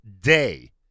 day